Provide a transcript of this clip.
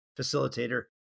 facilitator